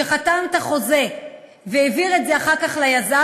שחתם את החוזה והעביר את זה אחר כך ליזם,